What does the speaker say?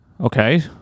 Okay